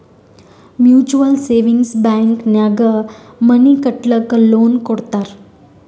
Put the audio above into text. mutual savings bank ನಾಗ್ money ಕಟ್ಟಲಕ್ಕ್ loan ಕೊಡ್ತಾರ್